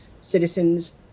citizens